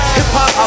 Hip-hop